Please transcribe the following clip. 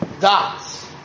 dots